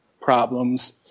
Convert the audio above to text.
problems